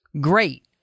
great